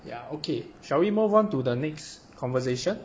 ya okay shall we move on to the next conversation